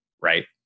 right